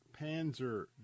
Panzer